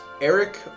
Eric